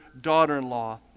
daughter-in-law